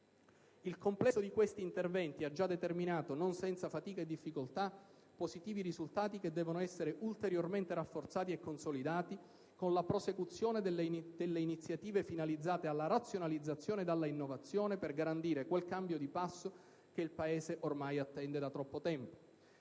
Il complesso di questi interventi ha già determinato, non senza fatica e difficoltà, positivi risultati, che devono essere ulteriormente rafforzati e consolidati con la prosecuzione delle iniziative finalizzate alla razionalizzazione e all'innovazione, per garantire quel cambio di passo che il Paese ormai attende da troppo tempo.